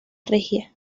regia